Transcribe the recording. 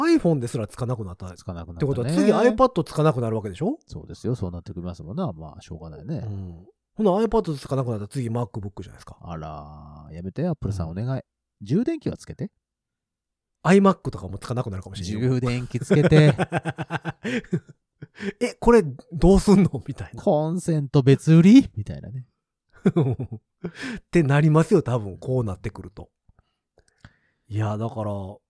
iPhoneですらつかなくなった。つかなくなったってことは次ね。iPadつかなくなるわけでしょ？そうですよ。そうなってくりますもんな。まあ、しょうがないね。うん。ほな、iPadつかなくなったら次MacBookじゃないですか。あらー、やめて。Appleさん、お願い。うん。充電器はつけて。iMacとかもつかなくなるかもしれんよ。充電器つけて。 え、これどうすんの？みたいな。コンセント別売り？みたいなね。 ってなりますよ、多分、こうなってくると。いや、だから